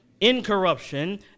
Incorruption